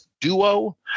Duo